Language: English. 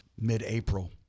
mid-April